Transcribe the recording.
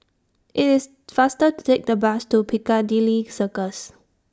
IT IS faster to Take The Bus to Piccadilly Circus